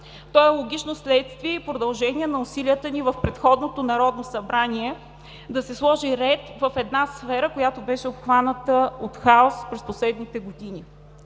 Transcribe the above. То е логично следствие и продължение на усилията ни в предходното Народно събрание да се сложи ред в сфера, която беше обхваната от хаос през последните години.